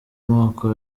moko